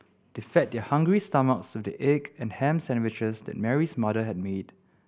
they fed their hungry stomachs with the egg and ham sandwiches that Mary's mother had made